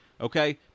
Okay